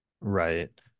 Right